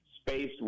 space